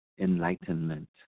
enlightenment